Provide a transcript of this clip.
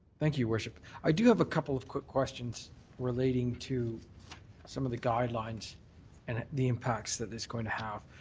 thank you, worship. i do have a couple of quick questions relating to some of the guidelines and the impacts that it's going to have.